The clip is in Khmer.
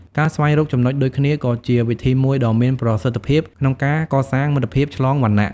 ការស្វែងរកចំណុចដូចគ្នាក៏ជាវិធីមួយដ៏មានប្រសិទ្ធភាពក្នុងការកសាងមិត្តភាពឆ្លងវណ្ណៈ។